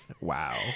Wow